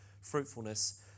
fruitfulness